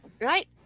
Right